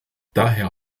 daher